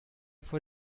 vor